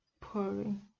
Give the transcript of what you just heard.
pouring